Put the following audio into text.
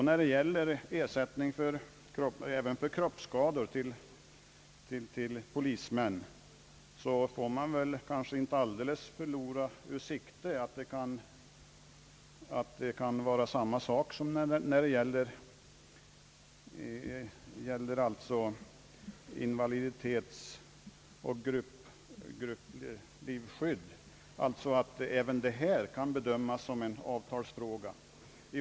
När det gäller ersättning för kroppsskador som drabbar polismän får man väl kanske inte alldeles förlora ur sikte att denna fråga, liksom frågan om invaliditetsskydd och grupplivskydd, också kan ses som en avtalsfråga.